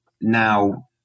now